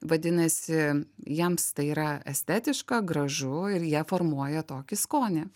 vadinasi jiems tai yra estetiška gražu ir jie formuoja tokį skonį